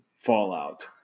fallout